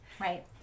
Right